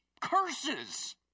curses